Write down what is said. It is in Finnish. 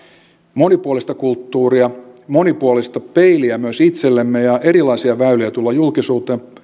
monipuolista kulttuuria monipuolista peiliä myös itsellemme ja erilaisia väyliä tulla julkisuuteen